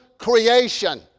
creation